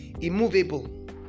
immovable